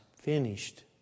finished